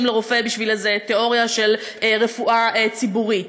לרופא בשביל איזו תיאוריה של רפואה ציבורית.